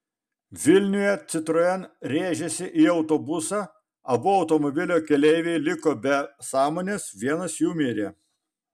vilniuje citroen rėžėsi į autobusą abu automobilio keleiviai liko be sąmonės vienas jų mirė